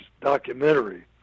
documentary